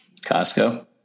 Costco